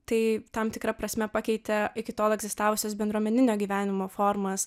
tai tam tikra prasme pakeitė iki tol egzistavusias bendruomeninio gyvenimo formas